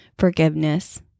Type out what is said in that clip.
forgiveness